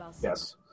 yes